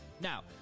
Now